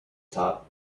top